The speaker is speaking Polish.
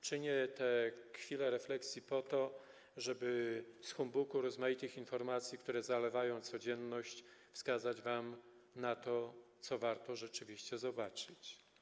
Czynię tę refleksję po to, żeby w humbugu rozmaitych informacji, które zalewają nas codziennie, wskazać wam to, co warto rzeczywiście zobaczyć.